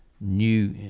new